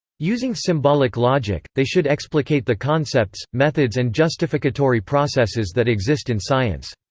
using symbolic logic, they should explicate the concepts, methods and justificatory processes that exist in science.